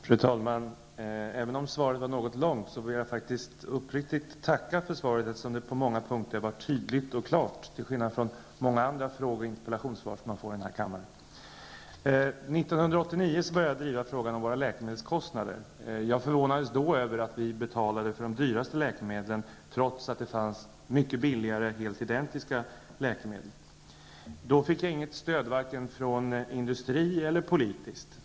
Fru talman! Även om svaret var något långt vill jag faktiskt uppriktigt tacka för svaret eftersom det på många punkter var tydligt och klart till skillnad från många andra fråge och interpellationssvar som man får i denna kammare. År 1989 började jag driva frågan om kostnaden för våra läkemedel. Jag förvånades då över att vi betalade för de dyraste läkemedlen trots att det fanns mycket billigare, helt identiska läkemedel. Då fick jag inget stöd, vare sig från industrin eller politiskt.